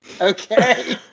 okay